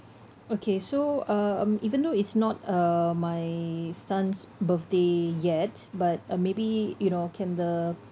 okay so uh um even though it's not uh my son's birthday yet but uh maybe you know can the